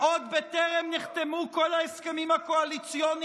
ובשעה שההסכם הקואליציוני